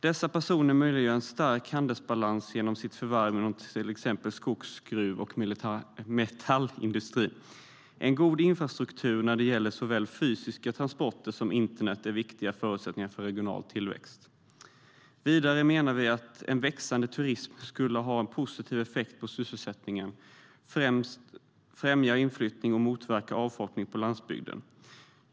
Dessa personer möjliggör en stark handelsbalans genom sitt värv inom till exempel skogs-, gruv och metallindustrierna. Vidare menar vi att en växande turism skulle ha en positiv effekt på sysselsättningen, främja inflyttning och motverka avfolkningen på landsbygden.